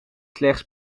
slechts